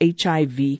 HIV